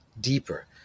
deeper